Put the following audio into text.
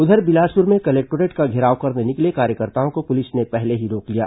उधर बिलासपुर में कलेक्टोरेट का घेराव करने निकले कार्यकर्ताओं को पुलिस ने पहले ही रोक लिया